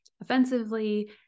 offensively